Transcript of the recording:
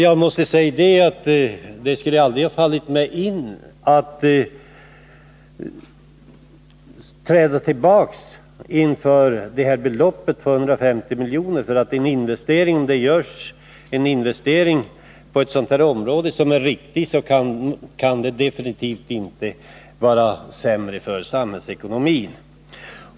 Jag måste säga att det aldrig skulle ha fallit mig in att tveka inför beloppet 150 miljoner. En riktig investering av den storleksordningen på det här området kan definitivt inte vara dålig för samhällsekonomin.